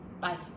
Bye